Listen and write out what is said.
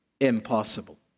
impossible